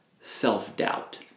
self-doubt